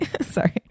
sorry